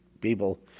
people